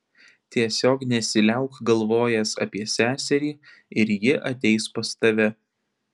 tiesiog nesiliauk galvojęs apie seserį ir ji ateis pas tave